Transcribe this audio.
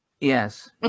Yes